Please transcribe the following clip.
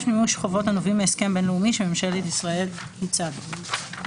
מימוש חובות הנובעים מהסכם בין-לאומי שממשלת ישראל היא צד לו.